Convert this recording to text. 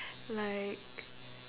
like